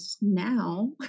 now